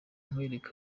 nkwereke